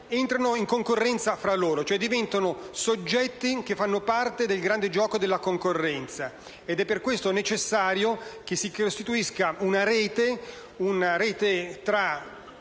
entrano in concorrenza fra loro, cioè diventano soggetti che fanno parte del grande gioco della concorrenza. Per questo è necessario che si costituisca una rete tra i servizi